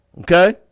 Okay